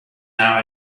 now